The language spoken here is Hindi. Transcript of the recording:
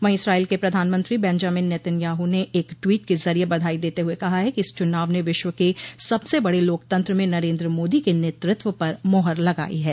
वहीं इस्राइल के प्रधानमंत्री बैंजामिन नेतनयाहू ने एक ट्वीट के जरिये बधाई देते हुए कहा है कि इस चुनाव ने विश्व के सबसे बड़े लोकतंत्र में नरेन्द्र मोदी के नेतृत्व पर मोहर लगाई है